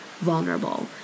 vulnerable